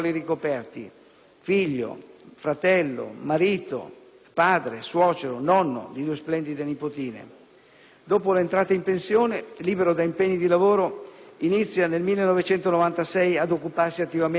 figlio, fratello, marito, padre, suocero, nonno (di due splendide nipotine). Dopo l'entrata in pensione, libero da impegni di lavoro, inizia nel 1996 ad occuparsi attivamente di politica.